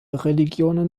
religionen